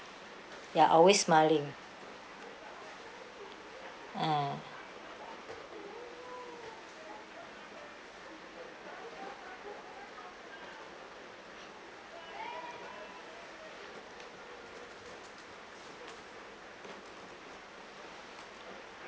ya always smiling ah